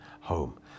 home